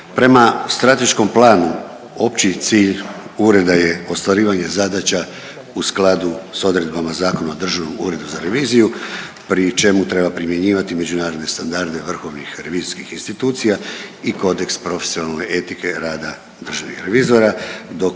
Prema strateškom planu, opći cilj ureda je ostvarivanje zadaća u skladu s odredbama Zakona o državnom uredu za reviziju, pri čemu treba primjenjivati međunarodne standarde vrhovnih revizijskih institucija i kodeks profesionalne etike rada državnih revizora dok